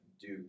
Duke